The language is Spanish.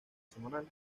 semanal